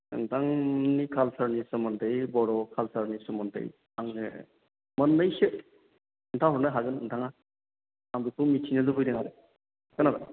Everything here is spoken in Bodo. नोंथांनि कालसारनि सोमोन्दै बर' कालसारनि सोमोन्दै आंनो मोननैसो खोन्थाहरनो हागोन नोंथाङा आं बेखौ मिथिनो लुबैदों आरो खोनाबाय